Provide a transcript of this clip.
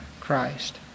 Christ